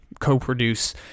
co-produce